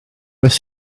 beth